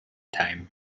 time